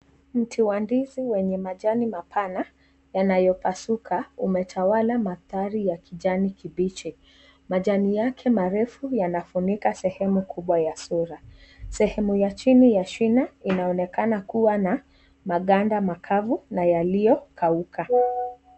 Mti wa ndizi wenye majani mapana yanayopasuka umetawala mandhari ya kijani kibichi. Majani yake marefu yanafunika sehemu kubwa ya sura . Sehemu ya chini ya shina inaonekana kuwa na maganda makavu na yaliyokauka.